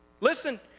Listen